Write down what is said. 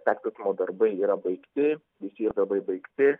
persikraustymo darbai yra baigti visi ir darbai baigti